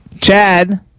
Chad